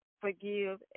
forgive